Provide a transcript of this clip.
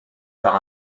par